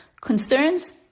Concerns